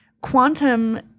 quantum